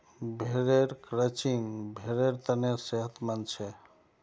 भेड़ेर क्रचिंग भेड़ेर तने सेहतमंद छे